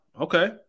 Okay